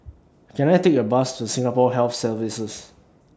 Can I Take A Bus to Singapore Health Services